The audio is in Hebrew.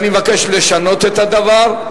אני מבקש לשנות את הדבר.